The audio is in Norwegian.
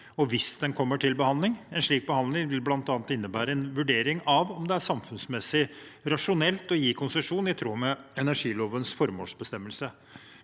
hvis den kommer til behandling. En slik behandling vil bl.a. innebære en vurdering av hvorvidt det er samfunnsmessig rasjonelt å gi konsesjon, i tråd med energilovens formålsbestemmelse.